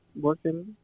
working